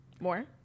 more